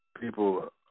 people